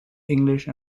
english